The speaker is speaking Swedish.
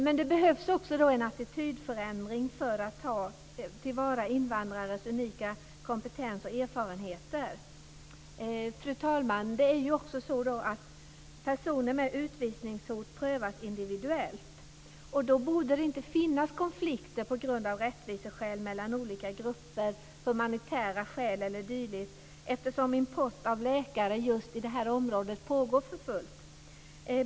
Men det behövs också en attitydförändring när det gäller att ta till vara invandrares unika kompetens och erfarenheter. Fru talman! Det är också så att personer med utvisningshot prövas individuellt. Då borde det inte finnas konflikter på grund av rättviseskäl mellan olika grupper - humanitära skäl eller dylikt - eftersom import av läkare just i detta område pågår för fullt.